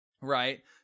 Right